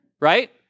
right